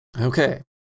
Okay